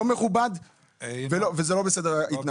זה לא מכובד וזה לא בסדר ההתנהגות הזאת.